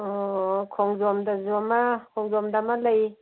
ꯑꯣ ꯈꯣꯡꯖꯣꯝꯗꯁꯨ ꯑꯃ ꯈꯣꯡꯖꯣꯝꯗ ꯑꯃ ꯂꯩ